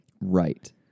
Right